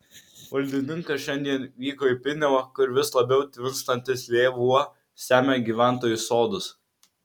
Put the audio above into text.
valdininkas šiandien vyko į piniavą kur vis labiau tvinstantis lėvuo semia gyventojų sodus